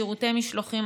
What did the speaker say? שירותי משלוחים,